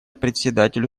председателю